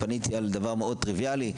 פניתי על דבר מאוד טריוויאלי,